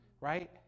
right